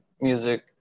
music